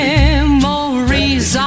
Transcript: Memories